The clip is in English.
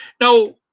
Now